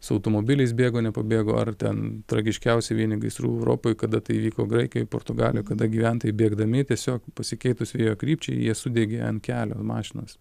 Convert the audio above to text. su automobiliais bėgo nepabėgo ar ten tragiškiausi vieni gaisrų europoj kada tai įvyko graikijoj portugalijoj kada gyventojai bėgdami tiesiog pasikeitus vėjo krypčiai jie sudegė ant kelio mašinose